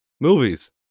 Movies